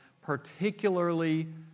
particularly